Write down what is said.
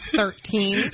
thirteen